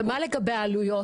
ומה לגבי העלויות?